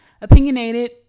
opinionated